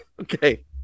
Okay